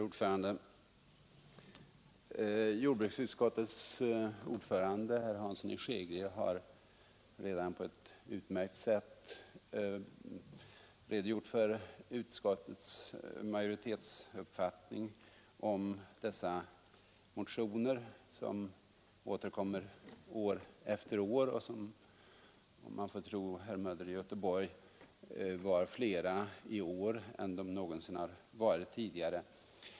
Herr talman! Jordbruksutskottets ordförande, herr Hansson i Skegrie, har redan på ett utmärkt sätt redogjort för utskottsmajoritetens uppfattning om dessa motioner, som återkommer år efter år och som, om man får tro herr Möller i Göteborg, var fler i år än de varit någonsin tidigare.